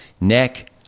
neck